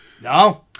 No